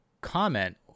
comment